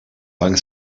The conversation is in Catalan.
van